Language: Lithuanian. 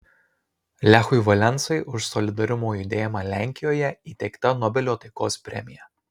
lechui valensai už solidarumo judėjimą lenkijoje įteikta nobelio taikos premija